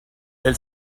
elle